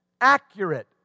Accurate